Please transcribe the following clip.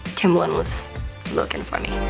timbaland was looking for me.